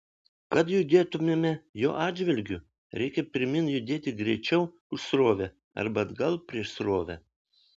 kad judėtumėme jo atžvilgiu reikia pirmyn judėti greičiau už srovę arba atgal prieš srovę